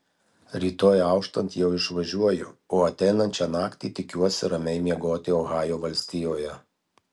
rytoj auštant jau išvažiuoju o ateinančią naktį tikiuosi ramiai miegoti ohajo valstijoje